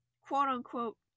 quote-unquote